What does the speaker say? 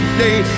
day